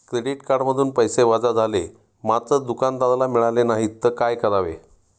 Credit कार्डमधून पैसे वजा झाले मात्र दुकानदाराला मिळाले नाहीत तर काय करावे?